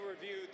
review